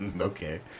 Okay